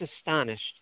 astonished